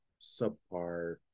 subpar